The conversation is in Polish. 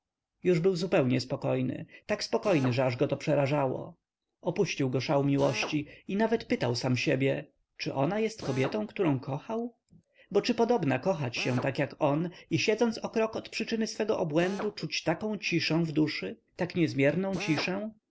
już był zupełnie spokojny tak spokojny że aż go to przerażało opuścił go szał miłości i nawet pytał sam siebie czy ona jest kobietą którą kochał bo czy podobna kochać się tak jak on i siedząc o krok od przyczyny swego obłędu czuć taką ciszę w duszy tak niezmierną ciszę